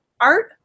art